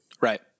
Right